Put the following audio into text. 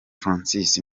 francois